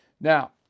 Now